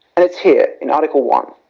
and it is here, in article one.